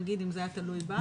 נגיד אם זה היה תלוי בה?